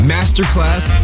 Masterclass